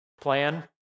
plan